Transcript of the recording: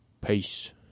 Peace